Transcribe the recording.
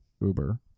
Uber